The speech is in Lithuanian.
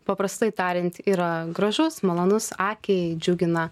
paprastai tariant yra gražus malonus akiai džiugina